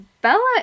Bella